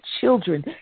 children